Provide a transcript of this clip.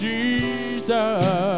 Jesus